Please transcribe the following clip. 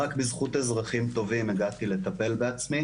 רק בזכות אזרחים טובים ידעתי לטפל בעצמי